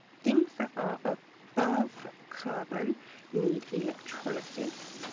things that ah are above carbon need electrolysis